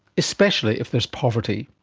especially if there is poverty.